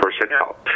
personnel